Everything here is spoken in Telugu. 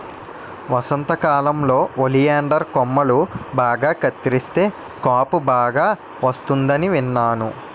వసంతకాలంలో ఒలియండర్ కొమ్మలు బాగా కత్తిరిస్తే కాపు బాగా వస్తుందని విన్నాను